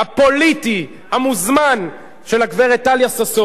הפוליטי, המוזמן, של הגברת טליה ששון.